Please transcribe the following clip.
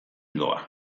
doa